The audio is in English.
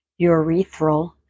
urethral